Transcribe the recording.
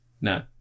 No